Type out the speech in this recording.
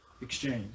exchange